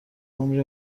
عمری